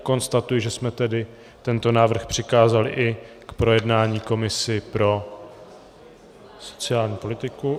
Konstatuji, že jsme tedy tento návrh přikázali k projednání i komisi pro sociální politiku.